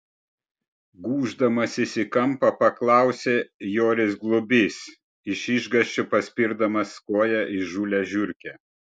gūždamasis į kampą paklausė joris globys iš išgąsčio paspirdamas koja įžūlią žiurkę